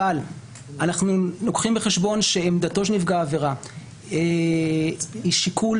אבל אנחנו מביאים בחשבון שעמדתו של נפגע העבירה היא שיקול